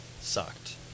sucked